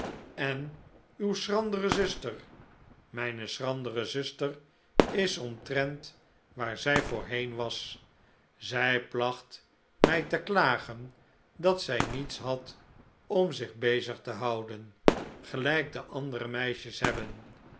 en uwe schrandere zuster i mijne schrandere zuster is omtrent waar zij voorheen was zij placht mij te klagen dat zij niets had om zien bezig te houden gelijk de andere meisjes hebben